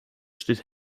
steht